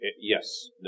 Yes